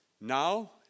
Now